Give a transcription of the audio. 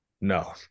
No